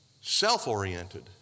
self-oriented